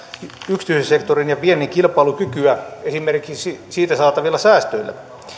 yksityisen sektorin ja viennin kilpailukykyä esimerkiksi siitä saatavilla säästöillä